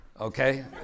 okay